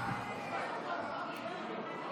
אחרי ההצבעה גינזבורג, מה זה?